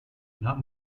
not